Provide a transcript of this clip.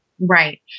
Right